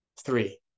Three